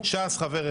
לש"ס חבר אחד,